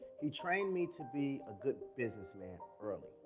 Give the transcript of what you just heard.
he trained me to be a good businessman early.